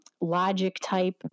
logic-type